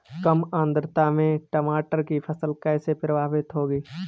कम आर्द्रता में टमाटर की फसल कैसे प्रभावित होगी?